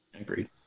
Agreed